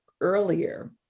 earlier